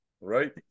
right